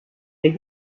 der